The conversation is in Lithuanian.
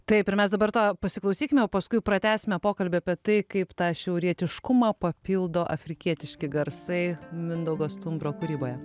taip ir mes dabar to pasiklausykime o paskui pratęsime pokalbį apie tai kaip tą šiaurietiškumą papildo afrikietiški garsai mindaugo stumbro kūryboje